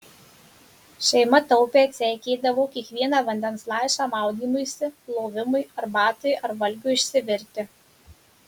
šeima taupiai atseikėdavo kiekvieną vandens lašą maudymuisi plovimui arbatai ar valgiui išsivirti